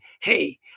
Hey